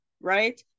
right